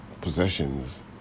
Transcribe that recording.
possessions